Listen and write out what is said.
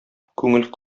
күңел